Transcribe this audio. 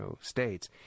states